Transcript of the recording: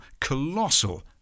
colossal